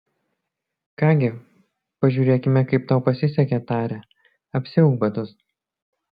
ką gi pažiūrėkime kaip tau pasisekė tarė apsiauk batus